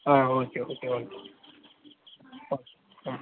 ah okay okay okay ah